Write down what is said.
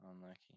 Unlucky